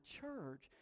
church